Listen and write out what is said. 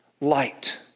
light